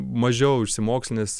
mažiau išsimokslinęs